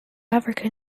african